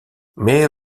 met